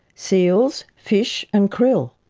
seals, fish and krill.